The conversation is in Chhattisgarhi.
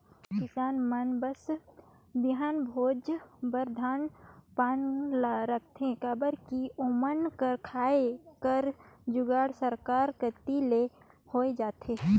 अब किसान मन बस बीहन भोज बर धान पान ल राखथे काबर कि ओमन कर खाए कर जुगाड़ सरकार कती ले होए जाथे